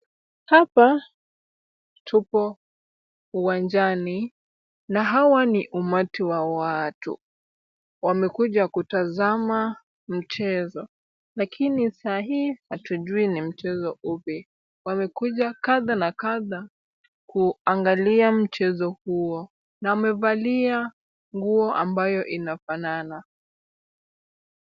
Hapa tupo uwanjani na hawa ni umati wa watu wamekuja kutazama mchezo lakini saa hii hatujui ni mchezo upi. Wamekuja kadha na kadha kuangalia mchezo huo na wamevalia nguo ambayo inafanana.